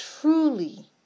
truly